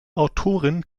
autorin